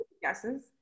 guesses